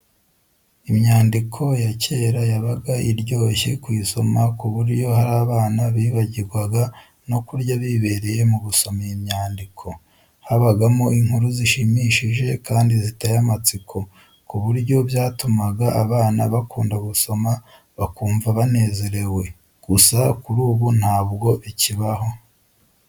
Imyandiko ya cyera yabaga iryoshye kuyisoma ku buryo hari abana bibagirwaga no kurya bibereye mu gusoma iyi myandiko. Habagamo inkuru zishimishije kandi ziteye amatsiko, ku buryo byatumaga abana bakunda gusoma bakumva banezerewe. Gusa kuri ubu ntabwo bikibaho.